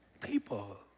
People